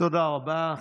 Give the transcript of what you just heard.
תודה רבה.